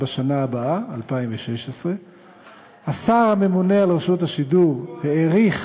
בשנה הבאה, 2016. השר הממונה על רשות השידור העריך